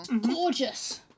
Gorgeous